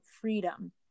freedom